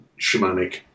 shamanic